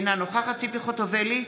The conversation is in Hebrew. אינה נוכחת ציפי חוטובלי,